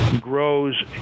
grows